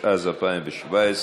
התשע"ז 2017,